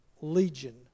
Legion